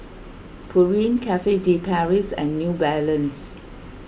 Pureen Cafe De Paris and New Balance